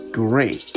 great